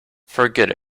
forget